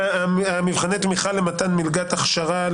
ומבחני התמיכה למתן מלגת הכשרה?